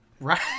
Right